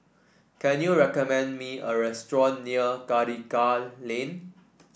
can you recommend me a restaurant near Karikal Lane